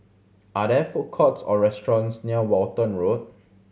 are there food courts or restaurants near Walton Road